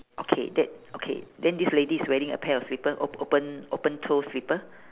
okay that okay then this lady is wearing a pair of slipper op~ open open toe slipper